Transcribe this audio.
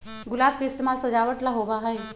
गुलाब के इस्तेमाल सजावट ला होबा हई